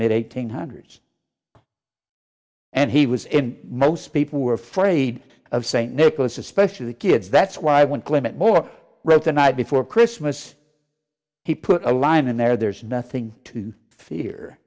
mid eighties hundreds and he was in most people were afraid of st nicholas especially the kids that's why when clint moore wrote the night before christmas he put a line in there there's nothing to fear